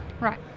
right